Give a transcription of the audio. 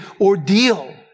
ordeal